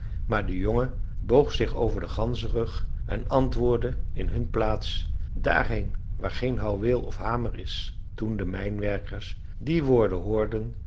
maar de jongen boog zich over den ganzerug en antwoordde in hun plaats daarheen waar geen houweel of hamer is toen de mijnwerkers die woorden hoorden